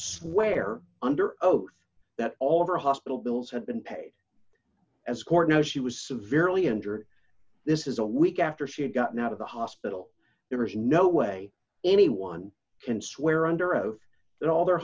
swear under oath that all of her hospital bills had been paid as court now she was severely injured this is a week after she had gotten out of the hospital there is no way anyone can swear under oath that all their